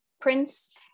Prince